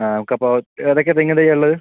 ആ നമുക്ക് അപ്പോൾ ഏതൊക്കെ തെങ്ങിൻ തൈയാണ് ഉള്ളത്